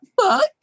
fuck